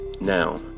Now